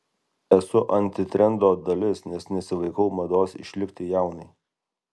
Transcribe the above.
esu antitrendo dalis nes nesivaikau mados išlikti jaunai